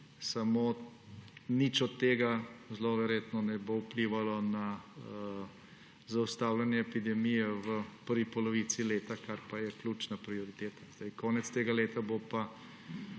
Samo nič od tega zelo verjetno ne bo vplivalo na zaustavljanje epidemije v prvi polovici leta, kar pa je ključna prioriteta. Konec tega leta bo po